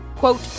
quote